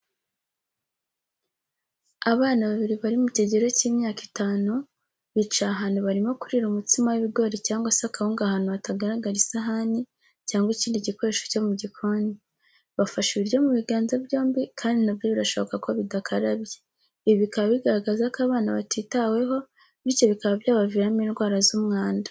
Abana babiri bari mu kigero cy'imyaka itanu, bicaye ahantu barimo kurira umutsima w'ibigori cyangwa se akawunga ahantu hatagaragara isahani cyangwa ikindi gikoresho cyo mu gikoni, bafashe ibiryo mu biganza byombi kandi na byo birashoboka ko bidakarabye, ibi bikaba bigaragaza ko aba bana batitaweho, bityo bikaba byabaviramo indwara z'umwanda.